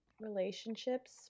relationships